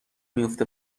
میفته